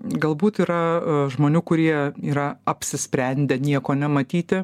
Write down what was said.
galbūt yra žmonių kurie yra apsisprendę nieko nematyti